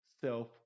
self